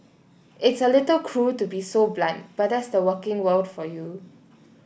it's a little cruel to be so blunt but that's the working world for you